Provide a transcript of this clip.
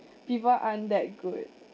people aren't that good